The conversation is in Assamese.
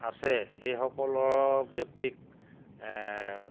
আছে সেইসকলৰ ব্যক্তিক